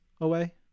away